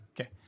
okay